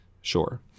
Sure